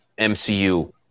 MCU